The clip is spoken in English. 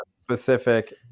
specific